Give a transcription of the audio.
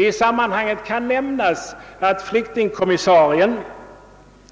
I sammanhanget kan nämnas att flyktingkommissarien,